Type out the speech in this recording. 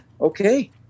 Okay